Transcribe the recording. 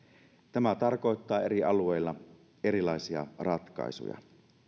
tämä tarkoittaa eri alueilla erilaisia ratkaisuja